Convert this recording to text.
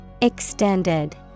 Extended